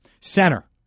Center